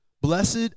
Blessed